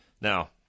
Now